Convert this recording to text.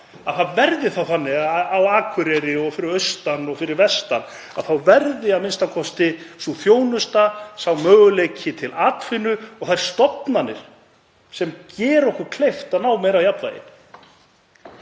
að það verði þá þannig að á Akureyri og fyrir austan og fyrir vestan verði a.m.k. sú þjónusta, sá möguleiki til atvinnu og þær stofnanir sem gera okkur kleift að ná meira jafnvægi?